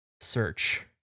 Search